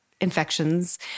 infections